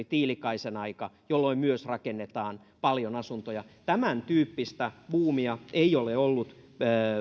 tiilikaisen aika jolloin myös rakennetaan paljon asuntoja tämäntyyppistä buumia ei ole ollut